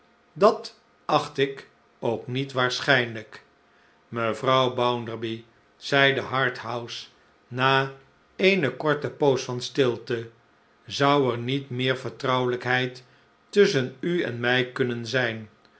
dat acht ik ook niet waarschijnlijk mevrouw bounderby zeide harthouse na eene korte poos van stilte zou er met meer vertrouwelijkheid tusschen u en mij kunnenzijn